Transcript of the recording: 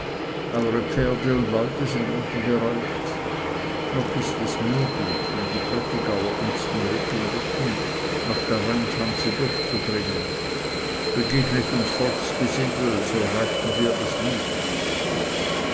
eure pferde und leute sind unten bereit noch ist es möglich wenn die prätigauer uns den rücken decken nach der rheinschanze durchzudringen begegnet uns volksgesindel so reiten wir es nieder